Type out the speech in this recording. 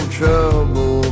trouble